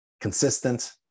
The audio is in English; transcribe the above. consistent